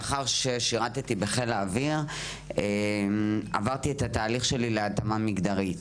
לאחר ששירתי בחיל האוויר עברתי את התהליך שלי להתאמה מגדרית.